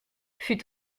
fut